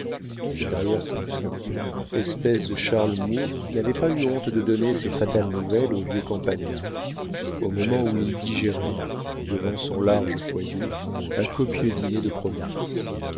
cet arrière cousin espèce de charles moor n'avait pas eu honte de donner ces fatales nouvelles au vieux campagnard au moment où il digérait devant son large foyer un copieux dîner de province